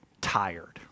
tired